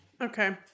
Okay